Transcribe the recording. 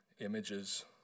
images